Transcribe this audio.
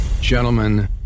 Gentlemen